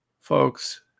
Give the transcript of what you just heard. Folks